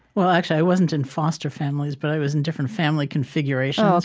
well, actually, i wasn't in foster families, but i was in different family configurations oh,